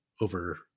over